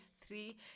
three